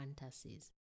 fantasies